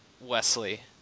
Wesley